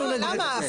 לא, למה?